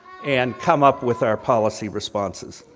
and come up with our policy responses.